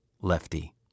Lefty